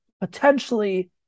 potentially